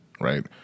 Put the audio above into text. right